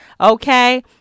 Okay